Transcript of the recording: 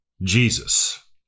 Jesus